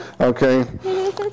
Okay